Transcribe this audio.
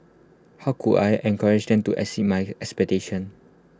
how could I encourage them to exceed my expectations